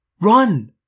Run